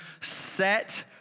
set